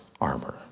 armor